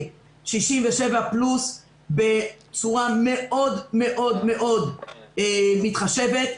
67 פלוס בצורה מאוד מאוד מאוד מתחשבת.